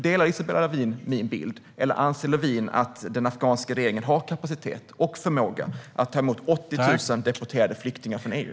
Delar Isabella Lövin min bild, eller anser Lövin att den afghanska regeringen har kapacitet och förmåga att ta emot 80 000 deporterade flyktingar från EU?